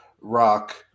Rock